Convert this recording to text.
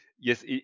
yes